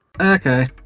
Okay